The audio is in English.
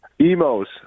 Emo's